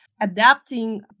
adapting